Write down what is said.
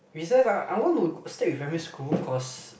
recess ah I want to stick with primary school cause